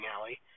alley